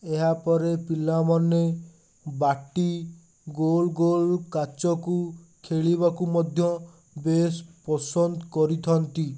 ଏହାପରେ ପିଲାମାନେ ବାଟି ଗୋଲଗୋଲ କାଚକୁ ଖେଳିବାକୁ ମଧ୍ୟ ବେଶ୍ ପସନ୍ଦ କରିଥାନ୍ତି